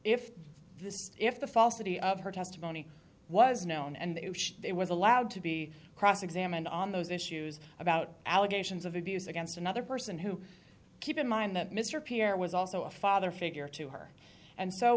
if this if the falsity of her testimony was known and it was allowed to be cross examined on those issues about allegations of abuse against another person who keep in mind that mr pierre was also a father figure to her and so